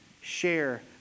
share